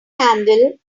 handle